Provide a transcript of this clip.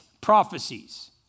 prophecies